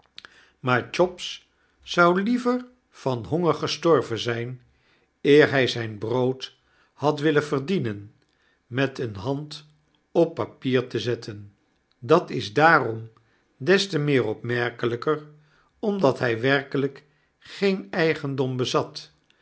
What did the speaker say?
maar chops zou liever van honger gestorven zyn eer hy zyn brood had willen verdienen met eene hand op papier te zetten dat is daarom des te meer opmerkelyk omdat hy werkelyk geen eigendom bezat